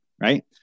right